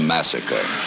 Massacre